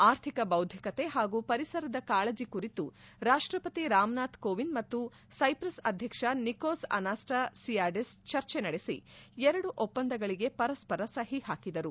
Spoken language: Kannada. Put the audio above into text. ಆರ್ಥಿಕ ಬೌದ್ಲಿಕತೆ ಹಾಗೂ ಪರಿಸರದ ಕಾಳಜಿ ಕುರಿತು ರಾಷ್ಟಪತಿ ರಾಮನಾಥ್ ಕೋವಿಂದ್ ಮತ್ತು ಸೈಪ್ರಸ್ ಅಧ್ಯಕ್ಷ ನಿಕೋಸ್ ಅನಾಸ್ತಾ ಸಿಯಾಡೆಸ್ ಚರ್ಚೆ ನಡೆಸಿ ಎರಡು ಒಪ್ಪಂದಗಳಿಗೆ ಪರಸ್ಪರ ಸಹಿ ಹಾಕಿದರು